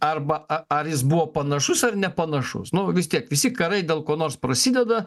arba ar jis buvo panašus ar nepanašus nu vis tiek visi karai dėl ko nors prasideda